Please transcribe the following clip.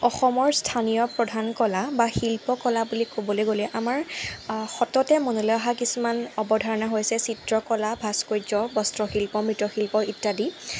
অসমৰ স্থানীয় প্ৰধান কলা বা শিল্পকলা বুলি ক'বলৈ গ'লে আমাৰ সততে মনলৈ অহা কিছুমান অৱধাৰণা হৈছে চিত্ৰকলা ভাস্কৰ্য বস্ত্ৰশিল্প মৃৎশিল্প ইত্যাদি